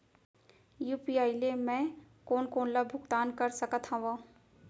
UPI ले मैं कोन कोन ला भुगतान कर सकत हओं?